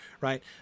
right